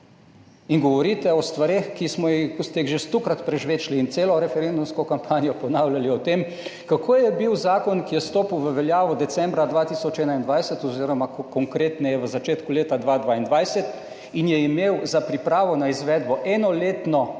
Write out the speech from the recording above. In govorite o stvareh, ki smo jih, ki ste jih že stokrat prežvečili in celo referendumsko kampanjo ponavljali o tem, kako je bil zakon, ki je stopil v veljavo decembra 2021 oziroma konkretneje v začetku leta 2022 in je imel za pripravo na izvedbo enoletno obdobje,